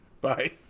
Bye